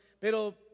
pero